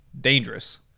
Dangerous